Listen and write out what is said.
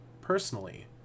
personally